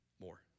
more